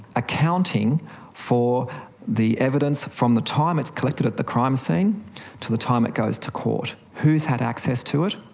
accounting for the evidence from the time it's collected at the crime scene to the time it goes to court, who has had access to it,